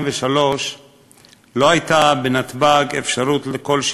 270 במשרד הפנים.